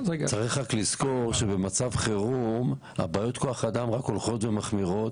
צריך רק לזכור שבמצב חירום בעיות כוח אדם רק הולכות ומחמירות